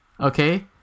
Okay